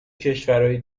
کشورای